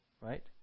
Right